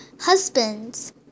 Husbands